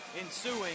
ensuing